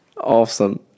Awesome